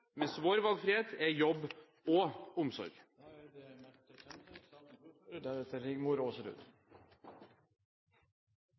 valgfrihet er jobb og omsorg.